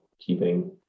keeping